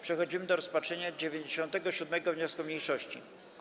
Przechodzimy do rozpatrzenia 97. wniosku mniejszości.